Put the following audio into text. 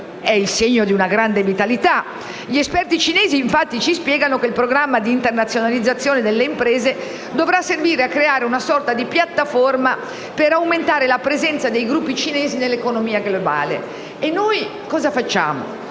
è il segno di una grande vitalità. Gli esperti cinesi, infatti, ci spiegano che il programma di internazionalizzazione delle imprese dovrà servire a creare una sorta di piattaforma per aumentare la presenza dei gruppi cinesi nell'economia globale. E noi cosa facciamo?